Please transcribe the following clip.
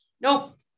nope